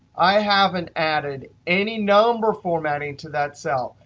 i haven't added any number formatting to that cell.